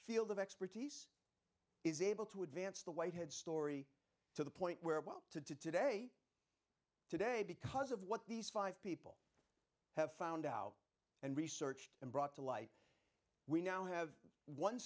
field of expertise is able to advance the whitehead story to the point where well to today today because of what these five people have found out and researched and brought to light we now have one